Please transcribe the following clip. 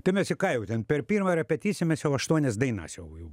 tai mes jau ką jau ten per pirmą repeticiją mes jau aštuonias dainas jau jau